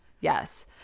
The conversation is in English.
Yes